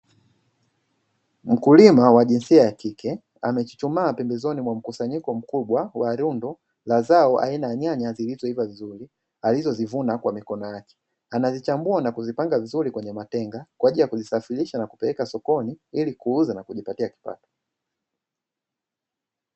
Mkulima wa jinsia ya kike amechuchumaa pembezoni mwa mkusanyiko mkubwa wa lundo la zao aina ya nyanya zilizoiva vizuri alivozuna kwa mikono yake. Anazichambua na kuzipanga vizuri kwenye matenga kwa ajili ya kuzipeleka sokoni ili kuuza na kujipatia kipato.